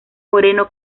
moreno